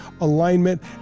alignment